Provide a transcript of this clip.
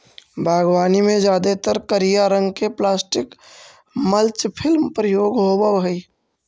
बागवानी में जादेतर करिया रंग के प्लास्टिक मल्च फिल्म प्रयोग होवऽ हई